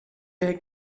der